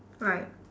right